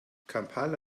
kampala